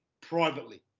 privately